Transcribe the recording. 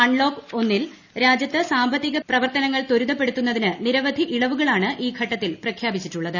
unlock ഒന്നിൽ രാജ്യത്ത് സാമ്പത്തിക പ്രവർത്തനങ്ങൾ ത്വരിതപ്പെടുത്തുന്നതിന് നിരവധി ഇളവുകളാണ് ഘട്ടത്തിൽ പ്രഖ്യാപിച്ചിട്ടുള്ളത്